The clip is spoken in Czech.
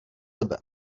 tebe